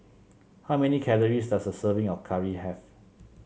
how many calories does a serving of curry have